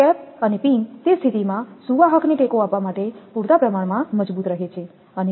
cap અને pin તે સ્થિતિ માં સુવાહક ને ટેકો આપવા માટે પૂરતા પ્રમાણમાં મજબૂત રહે છે છે